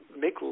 make